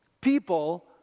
People